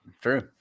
true